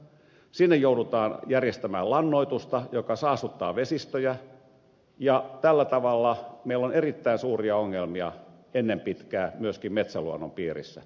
sinne joudutaan järjestämään lannoitusta joka saastuttaa vesistöjä ja tällä tavalla meillä on erittäin suuria ongelmia ennen pitkää myöskin metsäluonnon piirissä